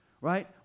right